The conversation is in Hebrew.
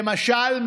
למשל,